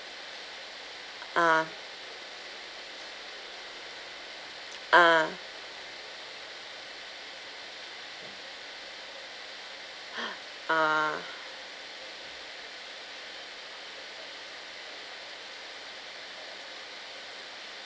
uh uh uh